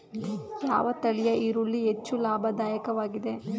ಯಾವ ತಳಿಯ ಈರುಳ್ಳಿ ಹೆಚ್ಚು ಲಾಭದಾಯಕವಾಗಿದೆ?